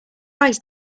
eyes